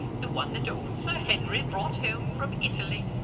the one that old sir henry brought home from italy.